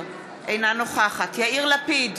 אינה נוכחת יאיר לפיד,